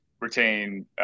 retain